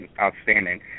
outstanding